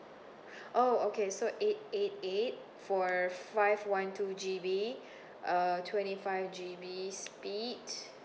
oh okay so eight eight eight for five one two G_B uh twenty five G_B speed